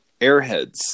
Airheads